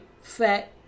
fat